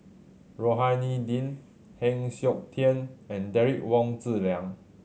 Rohani Din Heng Siok Tian and Derek Wong Zi Liang